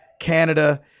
Canada